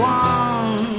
one